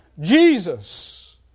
Jesus